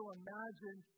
imagine